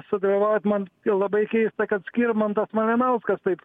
sudalyvaut man labai keista kad skirmantas malinauskas taip